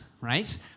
right